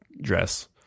dress